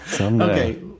Okay